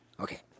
okay